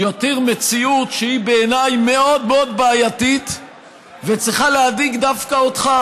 יותיר מציאות שהיא בעיניי מאוד מאוד בעייתית וצריכה להדאיג דווקא אותך,